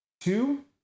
two